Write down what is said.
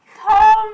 Tom